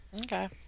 Okay